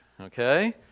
okay